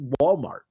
Walmart